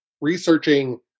researching